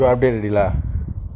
you update already lah